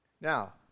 now